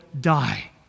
die